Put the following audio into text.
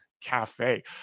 Cafe